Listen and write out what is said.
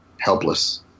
helpless